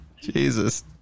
Jesus